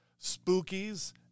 Spookies